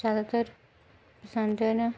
ज्यादातर पसंद न